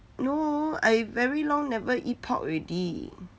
no I very long never eat pork already